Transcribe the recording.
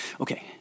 Okay